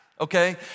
okay